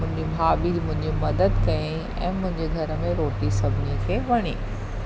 मुंहिंजी भाभी मुंहिंजी मदद कयईं ऐं मुंहिंजे घर में रोटी सभिनी खे वणी